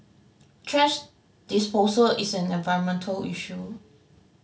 thrash disposal is an environmental issue